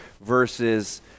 versus